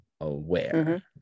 aware